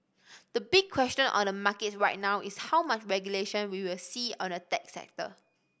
the big question on the markets right now is how much regulation we will see on the tech sector